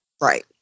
Right